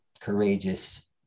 courageous